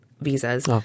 visas